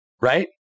right